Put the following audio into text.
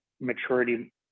maturity